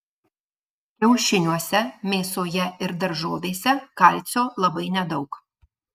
kiaušiniuose mėsoje ir daržovėse kalcio labai nedaug